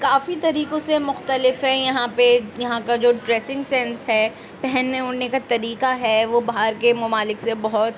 کافی طریقوں سے مختلف ہے یہاں پہ یہاں کا جو ڈریسنگ سینس ہیں پہننے اوڑھنے کا طریقہ ہے وہ باہر کے ممالک سے بہت